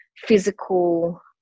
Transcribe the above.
physical